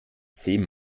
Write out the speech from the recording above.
zehn